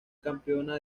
campeona